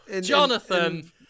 Jonathan